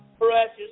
precious